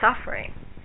suffering